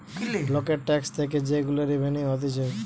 লোকের ট্যাক্স থেকে যে গুলা রেভিনিউ হতিছে